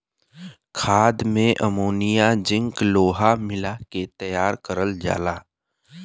खाद में ammonia zinc लोहा मिला के तैयार करल जाला